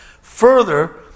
Further